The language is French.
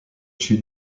chute